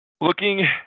Looking